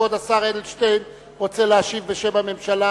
כבוד השר אדלשטיין רוצה להשיב בשם הממשלה